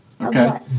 Okay